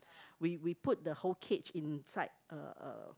we we put the whole cage inside uh